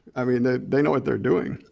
i mean, they they know what they're doing.